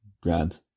grand